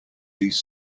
these